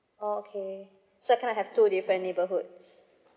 okay so kind of have two different neighborhoods